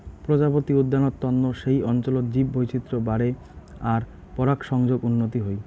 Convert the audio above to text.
প্রজাপতি উদ্যানত তন্ন সেই অঞ্চলত জীববৈচিত্র বাড়ে আর পরাগসংযোগর উন্নতি হই